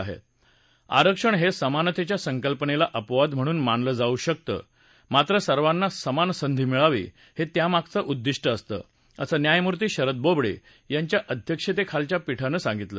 आरक्षण हे समानतेच्या सकल्पनेला अपवाद म्हणून मानलं जाऊ शकतं मात्र सर्वांना समान संधी मिळावी हे त्यामागचं उद्दिष्ट असतं असं न्यायमूर्ती शरद बोबडे यांच्या अध्यक्षतेखालच्या पीठानं सांगितलं